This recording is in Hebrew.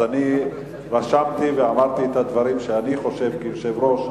אז אני רשמתי ואמרתי את הדברים שאני חושב כיושב-ראש.